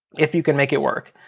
if you can make it work.